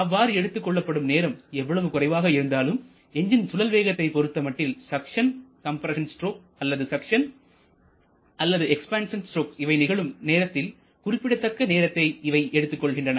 அவ்வாறு எடுத்துக் கொள்ளப்படும் நேரம் எவ்வளவு குறைவாக இருந்தாலும் எஞ்ஜின் சுழல் வேகத்தை பொருத்தமட்டில் சக்சன் கம்ப்ரஸன் ஸ்ட்ரோக் அல்லது சக்சன் அல்லது எக்ஸ்பான்சன் ஸ்ட்ரோக் இவை நிகழும் நேரத்தில் குறிப்பிடத்தக்க நேரத்தை இவை எடுத்துக் கொள்கின்றன